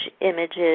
images